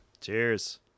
Cheers